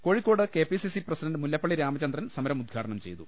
കോഴിക്കോട്ട് K P C C president Mullappally Ramachandran സമരം ഉദ്ഘാടനം ചെയ്തു